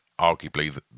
arguably